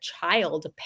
child